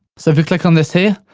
so if you click on this, here,